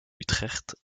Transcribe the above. utrecht